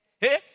Hey